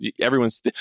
everyone's